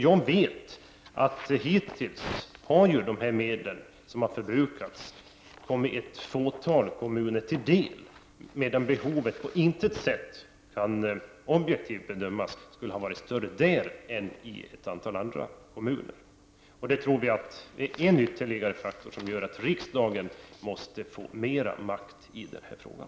Jag vet att de medel som har förbrukats hittills har kommit bara ett fåtal kommuner till del, medan behovet objektivt sett på intet sätt skulle ha varit större där än i ett antal andra kommuner. Vi tror att detta är ytterligare en anledning till att riksdagen måste få större makt i den här frågan.